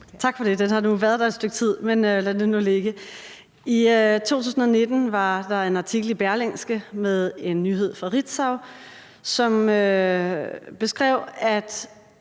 Tak for det. Den har nu været der et stykke tid, men lad det nu ligge. I 2019 var der en artikel i Berlingske med en nyhed fra Ritzau, som beskrev, at